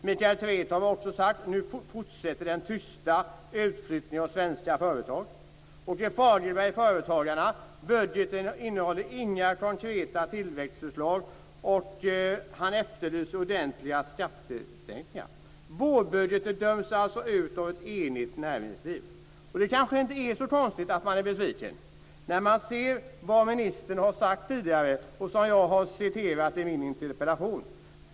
Michael Tretow har också sagt att den tysta utflyttningen av svenska företag nu fortsätter, att budgeten inte innehåller några konkreta tillväxtförslag och han efterlyser ordentliga skattesänkningar. Vårbudgeten döms alltså ut av ett enigt näringsliv. Det kanske inte är så konstigt att man är besviken när man ser vad ministern har sagt tidigare, som jag har citerat i min interpellation.